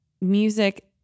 Music